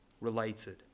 related